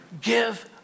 give